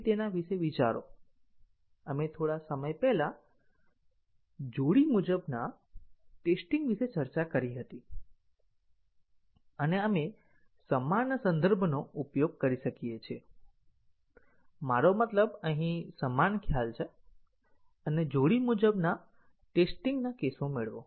તેના વિશે વિચારો આપણે થોડા સમય પહેલા જોડી મુજબના ટેસ્ટીંગ વિશે ચર્ચા કરી હતી અને આપણે સમાન સંદર્ભનો ઉપયોગ કરી શકીએ છીએ મારો મતલબ અહીં સમાન ખ્યાલ છે અને જોડી મુજબના ટેસ્ટીંગ ના કેસો મેળવો